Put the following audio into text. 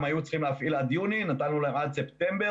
הם היו צריכים להפעיל עד יוני ותנו להם עד ספטמבר,